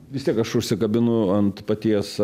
vis tiek aš užsikabinu ant paties